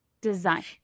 design